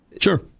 Sure